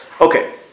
Okay